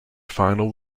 final